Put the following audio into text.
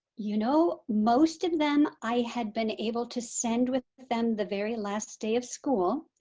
you know most of them i had been able to send with them the very last day of school.